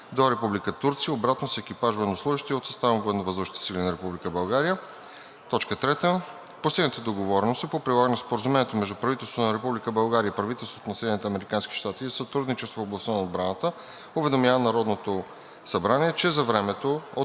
до Република Турция и обратно с екипаж военнослужещи от състава на Военновъздушните сили на Република България. 3. Постигнатите договорености по прилагане споразумението между правителството на Република България и правителството на Съединените американски щати за сътрудничество в областта на отбраната уведомява Народното събрание, че за времето